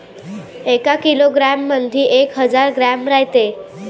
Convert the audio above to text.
एका किलोग्रॅम मंधी एक हजार ग्रॅम रायते